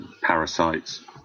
parasites